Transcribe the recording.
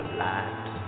light